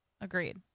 Agreed